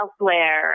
Elsewhere